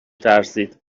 ترسید